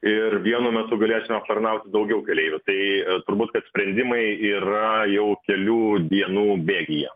ir vienu metu galėsim aptarnauti daugiau keleivių tai turbūt kad sprendimai yra jau kelių dienų bėgyje